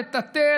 לטאטא,